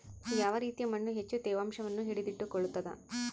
ಯಾವ ರೇತಿಯ ಮಣ್ಣು ಹೆಚ್ಚು ತೇವಾಂಶವನ್ನು ಹಿಡಿದಿಟ್ಟುಕೊಳ್ತದ?